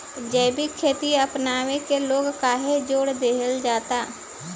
जैविक खेती अपनावे के लोग काहे जोड़ दिहल जाता?